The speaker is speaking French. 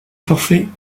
forfait